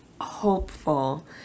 hopeful